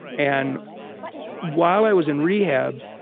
and while i was in rehab,